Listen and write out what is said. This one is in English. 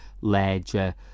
Ledger